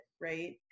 right